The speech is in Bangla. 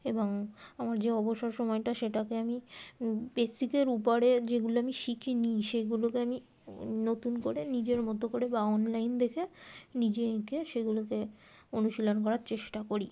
এবং আমার যে অবসর সময়টা সেটাকে আমি বেসিকের উপরে যেগুলো আমি শিখিনি সেগুলোকে আমি নতুন করে নিজের মতো করে বা অনলাইন দেখে নিজে এঁকে সেগুলোকে অনুশীলন করার চেষ্টা করি